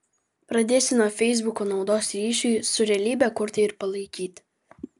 pradėsiu nuo feisbuko naudos ryšiui su realybe kurti ir palaikyti